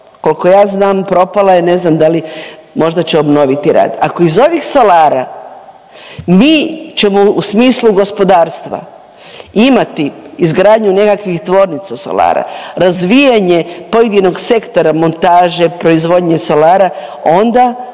kolko ja znam propala je ne znam da li možda će obnoviti rad, ako iz ovih solara mi ćemo u smislu gospodarstva imati izgradnju nekakvih tvornica solara, razvijanje pojedinog sektora montaže, proizvodnja solara onda